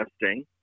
interesting